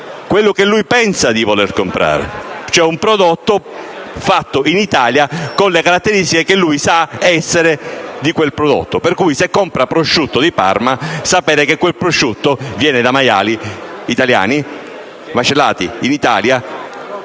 quello che lui pensa di voler comprare, cioè un prodotto fatto in Italia con le caratteristiche che lui sa essere di quel prodotto. Per cui, se compra prosciutto di Parma, sa bene che quel prosciutto proviene da maiali italiani macellati e